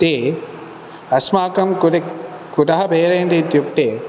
ते अस्माकं कुट् कुतः पेरयन्ति इत्युक्ते